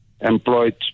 employed